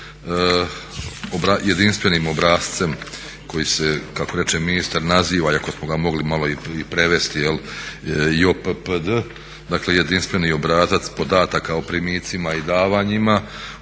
jedinstvenim obrascem koji se kako reče ministar naziva iako smo ga mogli malo i prevesti JOPPD, dakle jedinstveni obrazac podataka o primicima i davanjima